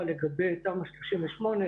יש בין 40 ל-50 נציגים של כל משרדי הממשלה כמעט,